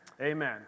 Amen